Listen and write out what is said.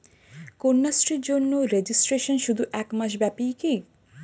কন্যাশ্রীর জন্য রেজিস্ট্রেশন শুধু এক মাস ব্যাপীই কি?